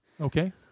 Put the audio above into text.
Okay